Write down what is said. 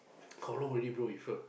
how long already bro with her